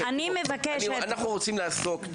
אנחנו רוצים לעסוק,